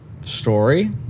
story